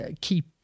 keep